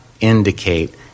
indicate